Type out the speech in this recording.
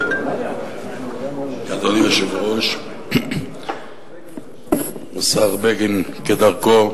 אדוני היושב-ראש, השר בגין, כדרכו,